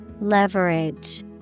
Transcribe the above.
Leverage